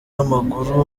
w’amaguru